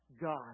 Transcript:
God